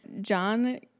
john